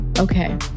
Okay